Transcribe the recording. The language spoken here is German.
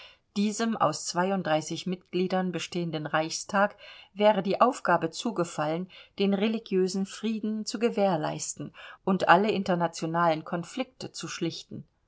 diesem aus mitgliedern bestehenden reichstag wäre die aufgabe zugefallen den religiösen frieden zu gewährleisten und alle internationalen konflikte zu schlichten